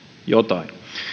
jotain